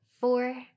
four